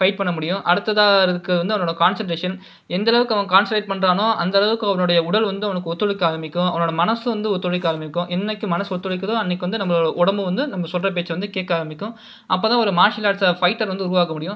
fight பண்ண முடியும் அடுத்ததாக இருக்க வந்து அவனோட கான்சன்ட்ரேஷன் எந்த அளவுக்கு அவன் கான்சன்ட்ரேட் பண்றானோ அந்த அளவுக்கு அவனோடைய உடல் வந்து அவனுக்கு ஒத்துழைக்க ஆரமிக்கும் அவனோட மனசு வந்து ஒத்துழைக்க ஆரமிக்கும் என்னிக்கு மனசு ஒத்துழைக்குதோ அன்னிக்கு வந்து நம்ம உடம்பு வந்து நம்ப சொல்லுற பேச்சை வந்து கேட்க ஆரமிக்கும் அப்போ தான் ஒரு மார்ஷியல் ஆர்ட்ஸை ஃபைட்டர் வந்து உருவாக்க முடியும்